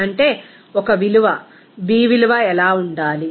అంటే ఒక విలువ బి విలువ ఎలా ఉండాలి